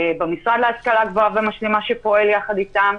במשרד ההשכלה הגבוהה והמשלימה שפועל ביחד איתם,